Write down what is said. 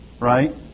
Right